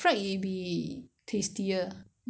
hor the it's the